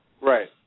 Right